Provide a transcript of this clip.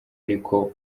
ariko